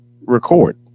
record